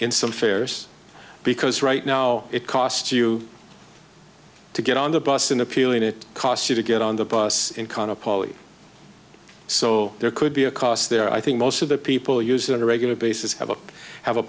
in some fares because right now it cost you to get on the bus in appealing it costs you to get on the bus in qana poly so there could be a cost there i think most of the people use it on a regular basis have a have a